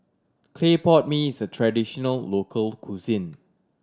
clay pot mee is a traditional local cuisine